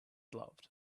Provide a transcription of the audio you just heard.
loved